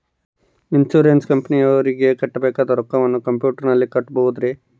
Insurance ಕಂಪನಿಯವರಿಗೆ ಕಟ್ಟಬೇಕಾದ ರೊಕ್ಕವನ್ನು ಕಂಪ್ಯೂಟರನಲ್ಲಿ ಕಟ್ಟಬಹುದ್ರಿ?